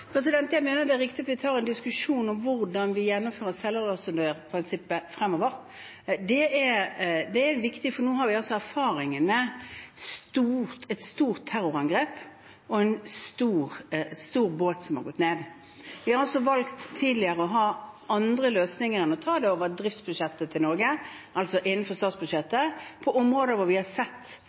Jeg mener at det er riktig at vi tar en diskusjon om hvordan vi praktiserer selvassurandørprinsippet fremover. Det er viktig, for nå har vi erfaring med et stort terrorangrep og en stor båt som har gått ned. Tidligere har vi valgt å ha andre løsninger enn å ta det over Norges driftsbudsjett, altså innenfor statsbudsjettet, på områder hvor vi har sett